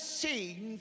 seen